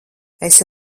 esi